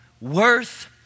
Worth